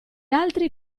altri